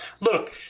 look